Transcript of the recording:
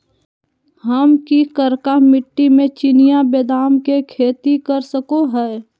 हम की करका मिट्टी में चिनिया बेदाम के खेती कर सको है?